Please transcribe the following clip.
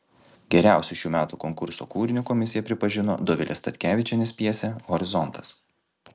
geriausiu šių metų konkurso kūriniu komisija pripažino dovilės statkevičienės pjesę horizontas